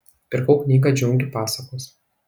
pirkau knygą džiunglių pasakos